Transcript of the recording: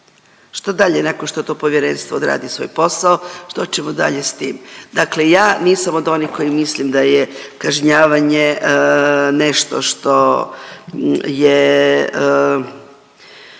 Što dalje nakon što to povjerenstvo odradi svoj posao? Što ćemo dalje s tim? Dakle, ja nisam od onih koji mislim da je kažnjavanje nešto što je